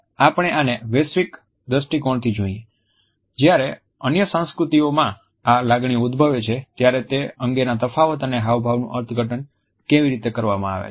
આપણે આને વૈશ્વિક દ્રષ્ટિકોણથી જોઈએ જ્યારે અન્ય સંસ્કૃતિઓમાં આ લાગણીઓ ઉદ્ભવે છે ત્યારે તે અંગેના તફાવત અને હાવભાવનું અર્થઘટન કેવી રીતે કરવામાં આવે છે